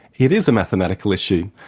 it is a mathematical issue.